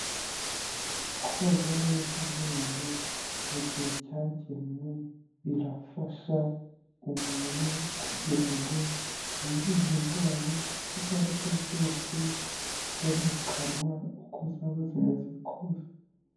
Koza neza amenyo mu gihe cyagenwe birafasha umuntu kugira ngo yirinde indwara izo ari zo zose zo mu kanwa uko zaba zimeze kose.